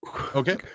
Okay